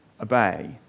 obey